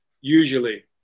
usually